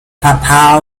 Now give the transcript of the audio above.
papua